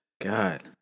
God